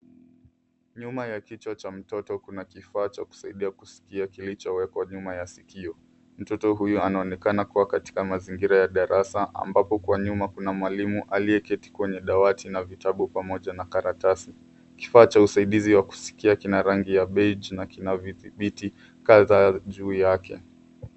Nyuma ya kichwa cha mtoto kuna kifaa cha kusaidia kuskia kilichowekwa nyuma ya sikio. Mtoto huyu anaonekana kuwa katika mazingira ya darasa ambapo kwa nyuma kuna mwalimu aliyeketi kwenye dawati na vitabu pamoja na karatasi. Kifaa cha usaidizi wa kuskia kina rangi ya baige na kina vidhibiti kadhaa juu yake.